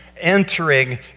entering